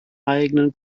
eigenen